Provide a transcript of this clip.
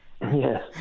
Yes